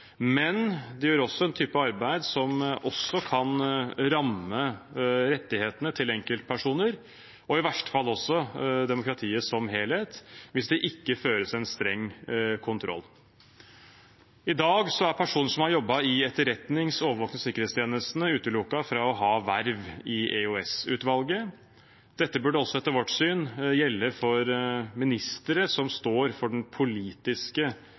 men de gjør også en type arbeid som kan ramme rettighetene til enkeltpersoner, i verste fall også demokratiet som helhet, hvis det ikke føres en streng kontroll. I dag er personer som har jobbet i etterretnings-, overvåknings- og sikkerhetstjenestene, utelukket fra å ha verv i EOS-utvalget. Dette burde etter vårt syn også gjelde for ministre som står for den politiske